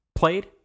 played